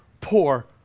poor